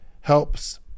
helps